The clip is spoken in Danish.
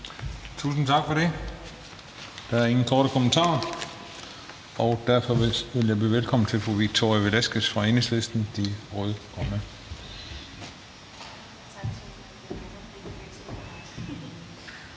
Tusind tak for det. Der er ingen korte bemærkninger, og derfor vil jeg så byde velkommen til fru Victoria Velasquez fra Enhedslisten – De Rød-Grønne.